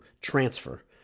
transfer